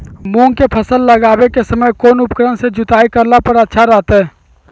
मूंग के फसल लगावे के समय कौन उपकरण से जुताई करला पर अच्छा रहतय?